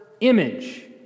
image